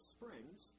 Springs